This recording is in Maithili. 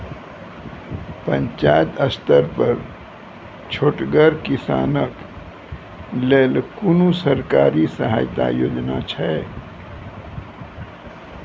पंचायत स्तर पर छोटगर किसानक लेल कुनू सरकारी सहायता योजना छै?